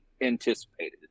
anticipated